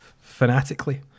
fanatically